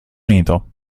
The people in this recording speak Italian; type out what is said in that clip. unito